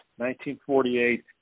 1948